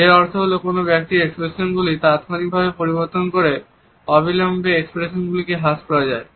এর অর্থ হলো যখন কোন ব্যক্তির এক্সপ্রেশনগুলি তাৎক্ষণিকভাবে পরিবর্তন করে অবিলম্বে এক্সপ্রেশনগুলিকে হ্রাস করা হয়